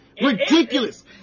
ridiculous